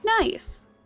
Nice